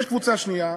יש קבוצה שנייה,